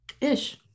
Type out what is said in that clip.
ish